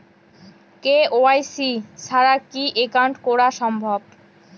KYC ছাড়া কি account করা সম্ভব?